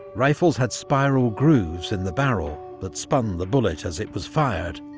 rifles had spiral grooves in the barrel that spun the bullet as it was fired,